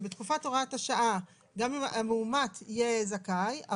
שבתקופת הוראת השעה המאומת יהיה זכאי,